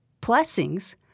Blessings